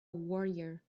warrior